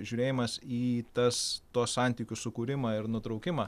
žiūrėjimas į tas tuos santykių sukūrimą ir nutraukimą